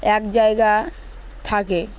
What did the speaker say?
এক জায়গা থাকে